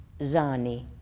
Zani